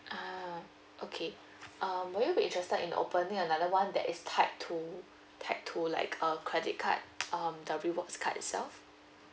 ah okay um would you be interested in opening another one that is tied to tied to like a credit card um the rewards card itself